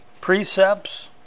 precepts